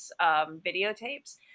videotapes